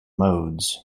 modes